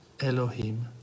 Elohim